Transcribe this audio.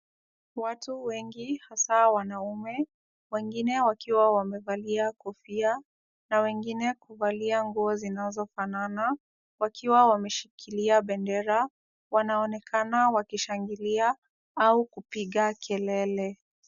Watu wengi hasaa wanaume wengine wakiwa wamevalia kofia na wengine kuvalia nguo zinazo fanana wakiwa wameshikilia bendera. Wanaonekana wakishangilia au kupiga kelele.